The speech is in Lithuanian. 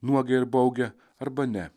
nuogą ir baugią arba ne